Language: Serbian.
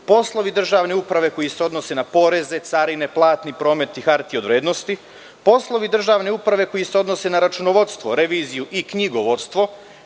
poslovi državne uprave koji se odnose na poreze, carine, platni promet i hartije od vrednosti, poslovi državne uprave koji se odnose na računovodstvo, reviziju i knjigovodstvo. Celinu